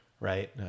right